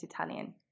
Italian